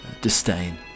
disdain